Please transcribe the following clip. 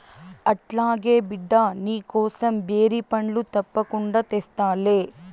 అట్లాగే బిడ్డా, నీకోసం బేరి పండ్లు తప్పకుండా తెస్తాలే